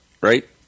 Right